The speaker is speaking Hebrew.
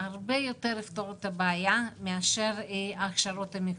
יפתור הרבה יותר את הבעיה מאשר ההכשרות המקצועיות.